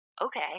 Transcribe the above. okay